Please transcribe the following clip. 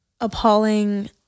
appalling